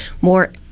more